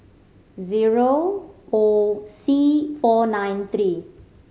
zero O C four nine three